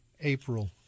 April